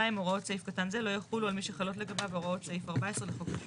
2. הוראות סעיף קטן זה לא יחולו על מי שחלות לגביו הוראות סעיף 14 לחוק.